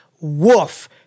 Woof